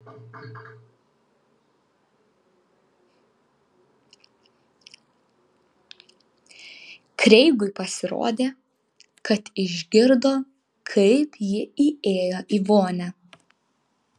kreigui pasirodė kad išgirdo kaip ji įėjo į vonią